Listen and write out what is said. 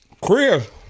Chris